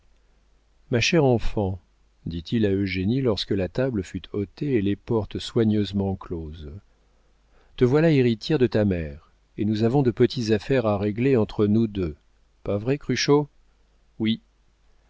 ma chère enfant dit-il à eugénie lorsque la table fut ôtée et les portes soigneusement closes te voilà héritière de ta mère et nous avons de petites affaires à régler entre nous deux pas vrai cruchot oui